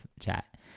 chat